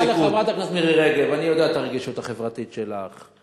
מלה לחברת הכנסת מירי רגב: אני יודע את הרגישות החברתית שלך,